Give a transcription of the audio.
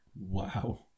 Wow